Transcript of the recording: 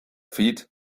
feet